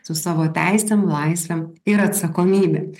su savo teisėm laisvėm ir atsakomybėm